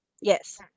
Yes